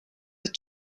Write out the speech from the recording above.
with